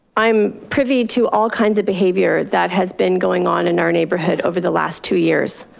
i'm privy to all kind of behavior that has been going on in our neighborhood over the last two years.